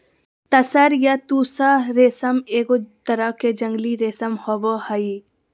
तसर या तुसह रेशम एगो तरह के जंगली रेशम होबो हइ